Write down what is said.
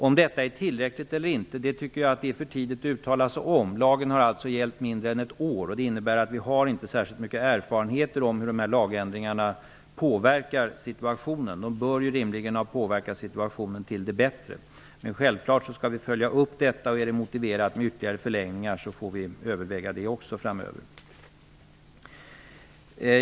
Om detta är tillräckligt eller inte tycker jag är för tidigt att uttala sig om. Lagen har alltså gällt knappt ett år. Det innebär att vi inte har särskilt mycket erfarenhet av hur lagändringarna påverkar situationen. De bör rimligen ha påverkat situationen till det bättre. Självklart skall vi följa upp detta. Är det motiverat med ytterligare förlängningar får vi överväga det framöver.